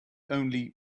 only